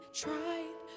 tried